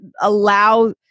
allow